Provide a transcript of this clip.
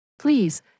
Please